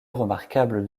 remarquables